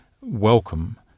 welcome